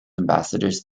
ambassadors